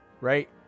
right